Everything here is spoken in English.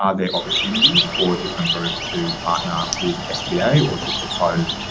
are there opportunities for different groups to partner with sta or to propose,